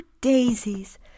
daisies